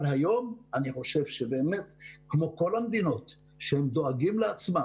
אבל היום צריך לעשות מה שעושות כל המדינות שדואגות לעצמן.